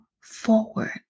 forward